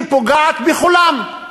היא פוגעת בכולם.